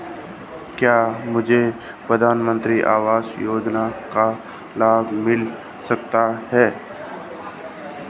क्या मुझे प्रधानमंत्री आवास योजना का लाभ मिल सकता है?